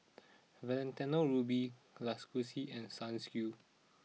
Valentino Rudy Lacoste and Sunsilk